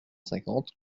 cinquante